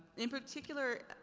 in particular,